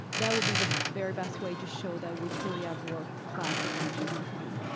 that will be the very best way to show that we truly have world class education in our county.